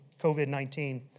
COVID-19